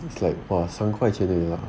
it's like !wah! 三块钱而已呀